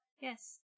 Yes